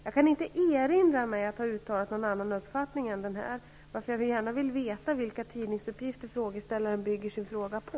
Jag kan inte erinra mig att ha uttalat någon annan uppfattning än denna, varför jag vill veta vilka tidningsuppgifter frågeställaren bygger sin fråga på.